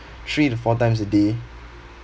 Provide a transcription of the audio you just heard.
three to four times a day